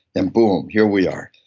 and boom. here we are.